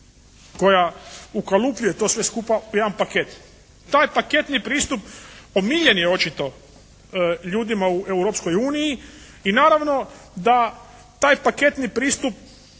koja ukalupljuje to sve skupa u jedan paket. Taj paketni pristup omiljen je očito ljudima u Europskoj uniji i naravno da taj paketni pristup